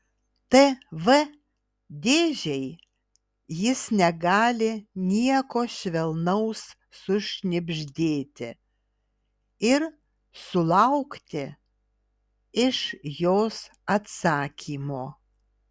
tv dėžei jis negali nieko švelnaus sušnibždėti ir sulaukti iš jos atsakymo